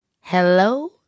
hello